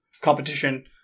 competition